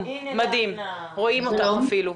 בבקשה.